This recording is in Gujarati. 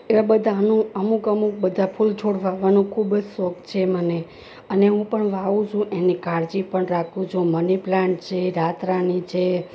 એવા બધાં અમુક અમુક બધા ફૂલ છોડ વાવવાનો ખૂબ જ શોખ છે મને અને હું પણ વાવું છું એની કાળજી પણ રાખું છું મનીપ્લાન્ટ છે રાતરાણી છે